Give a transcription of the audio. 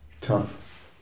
Tough